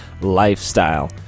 lifestyle